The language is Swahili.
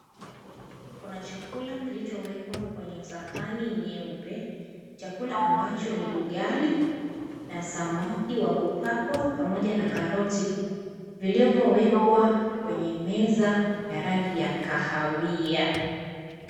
Kuna chakula kilichowekwa kwenye sahani nyeupe, ugali na samaki wa kupakwa pamoja na karoti vilivyowekwa kwenye meza ya rangi ya kahawia.